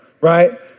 Right